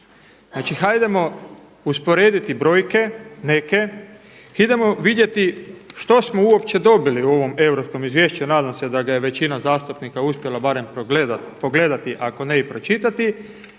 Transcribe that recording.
Znači hajdemo usporediti brojke neke i idemo vidjeti što smo uopće dobili u ovom europskom izvješću, nadam se da ga je većina zastupnika uspjela barem pogledati ako ne i pročitati,